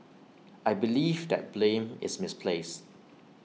I believe that blame is misplaced